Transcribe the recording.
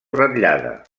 ratllada